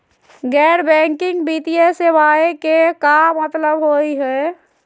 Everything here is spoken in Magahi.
गैर बैंकिंग वित्तीय सेवाएं के का मतलब होई हे?